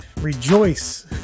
rejoice